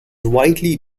widely